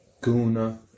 Guna